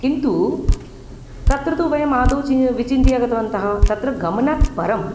किन्तु तत्र तु वयम् आदौ चि विचिन्त्य गतवन्तः तत्र गमनात् परं